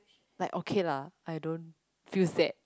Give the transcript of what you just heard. like okay lah I don't feel sad